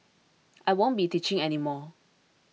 I won't be teaching any more